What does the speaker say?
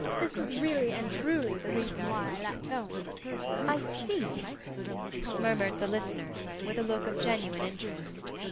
this was really and truly the reason why i left home i see murmured the listener, with a look of genuine interest.